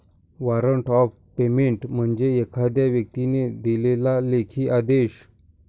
warrant of payment म्हणजे एखाद्या व्यक्तीने दिलेला लेखी आदेश